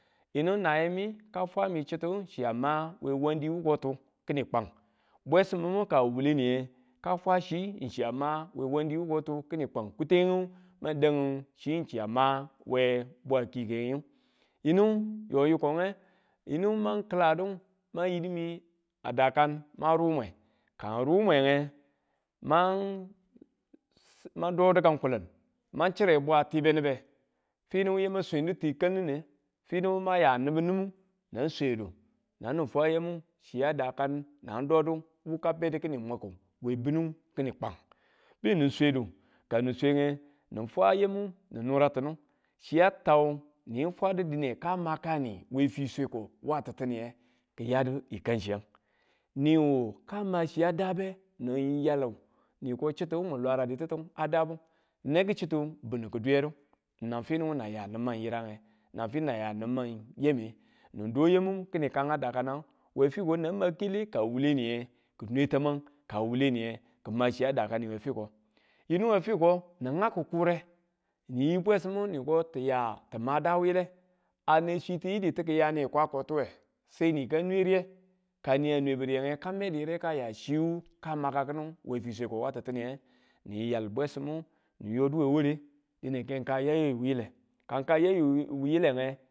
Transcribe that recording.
Yinu nayemi ka fwami chi, chi ya ma we wandi wukotu yi kwang bwesimimu ka wuwule niye ka fwa chi n chiya ma we wandi wukatu kini kwan kutengu mang dangin chi chiya ma we bwa kikeng, yinu yo yikokeng yinu mang kilandu mang yidi mi a dakan ma rumwe kaang rumwenge mang do dikan kulun ma chire bwa tibe nibe finu yamang swenu ti kal nine finu yama ya nibu nimu na swedu nanu fwayamu a dakan nang dodu wu kabe kini mukki̱ we bunu kini kwa̱ng beni swedu kanu swenge nu fwayami nu nuratini chi ya tau ni fwadi dine ka makani we fiseko wa tittiye kiyadi ka̱nchiyang niyu kama chiya daabe ni yalu niko chittiyu mu lwaradi a daabu n nwe ki chitti bi̱nni ki duyadu nan finu nayan ni ma yirange nan finu nayan ni man yamme ni do yammu kini kaan a dakanga fwo fiko nang ma kele kanang wule niye kinwe tama̱ng ka wule niye ki̱ma chi a dakan we fiko, yinu we fiko nu ngak ki̱kure ni yi bwesimu ni ko tuya ti̱ma daa wile ane chi tiyilitu kiyani kwako tiwe se ni ka nwe riye ka ni a nwebu riyenge ka medu yire ka ya chiwu ka maka kinu we fisweko wa titiiye, ni yal bwesimu, ni yodu we ware, dine ke ka a yo yayu wuyile kan ka aya yayu wuyileng.